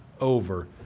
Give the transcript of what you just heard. over